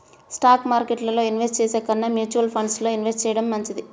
stock మార్కెట్టులో invest చేసే కన్నా మ్యూచువల్ ఫండ్స్ లో ఇన్వెస్ట్ చెయ్యడం మంచిది